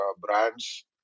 brands